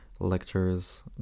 lectures